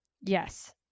Yes